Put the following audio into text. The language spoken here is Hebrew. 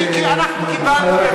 אנחנו קיבלנו,